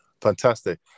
fantastic